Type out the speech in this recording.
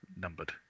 numbered